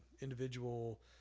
individual